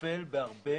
נופל בהרבה